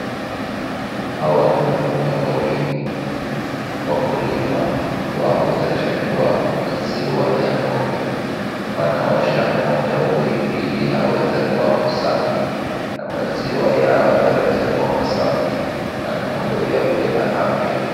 Hawa ni wanaume wawili wakulima wa uzalishaji wa maziwa ya ng'ombe. Wanaosha ng'ombe huyu ili aweze kuwa msafi na maziwa yao yaweze kuwa masafi na ng'ombe huyu akuwe na afya.